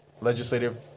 Legislative